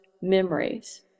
memories